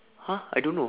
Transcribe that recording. !huh! I don't know